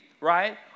right